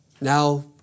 now